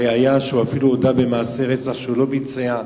הראיה, שהוא הודה במעשי רצח שהוא לא ביצע,